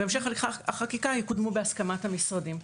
והמשך הליכי החקיקה יקודמו בהסכמת המשרדים.